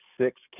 six